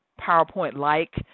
PowerPoint-like